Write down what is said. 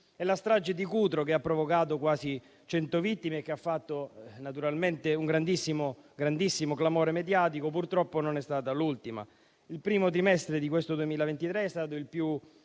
La strage di Cutro, che ha provocato quasi 100 vittime e che ha avuto naturalmente un grandissimo clamore mediatico, purtroppo non è stata l'ultima. Il primo trimestre del 2023 è stato il più